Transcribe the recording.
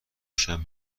پیشم